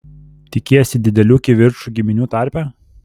tikiesi didelių kivirčų giminių tarpe